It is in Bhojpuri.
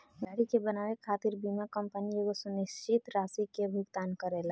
गाड़ी के बनावे खातिर बीमा कंपनी एगो सुनिश्चित राशि के भुगतान करेला